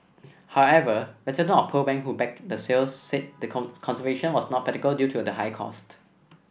however residents of Pearl Bank who backed the sale said that conservation was not practical due to the high cost